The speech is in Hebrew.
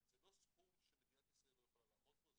זה לא סכום שמדינת ישראל לא יכולה לעמוד בו,